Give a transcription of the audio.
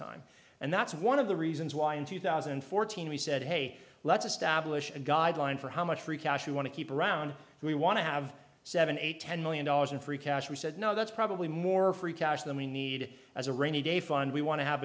time and that's one of the reasons why in two thousand and fourteen we said hey let's establish a guideline for how much free cash we want to keep around who we want to have seven eight ten million dollars in free cash we said no that's probably more free cash than we need as a rainy day fund we want to have